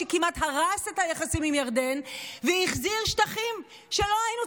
שכמעט הרס את היחסים עם ירדן והחזיר שטחים שלא היינו